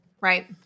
Right